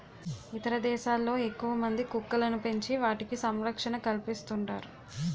ఇతర దేశాల్లో ఎక్కువమంది కుక్కలను పెంచి వాటికి సంరక్షణ కల్పిస్తుంటారు